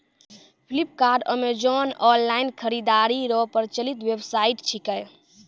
Flipkart Amazon online खरीदारी रो प्रचलित वेबसाइट छिकै